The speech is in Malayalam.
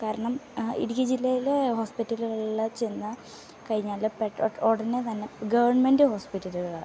കാരണം ഇടുക്കി ജില്ലയിലെ ഹോസ്പിറ്റലുകളിൽ ചെന്നു കഴിഞ്ഞാൽ ഉടനെ തന്നെ ഗവൺമെൻ്റ് ഹോസ്പിറ്റലുകൾ